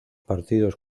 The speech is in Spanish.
partidos